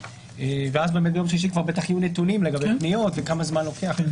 ואז ביום שלישי בוודאי יהיו נתונים לגבי פניות וכמה זמן לוקח.